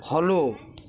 follow